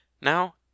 Now